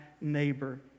neighbor